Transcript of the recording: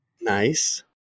Nice